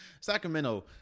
Sacramento